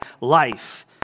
life